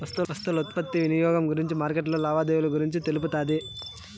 వస్తువుల ఉత్పత్తి వినియోగం గురించి మార్కెట్లో లావాదేవీలు గురించి తెలుపుతాది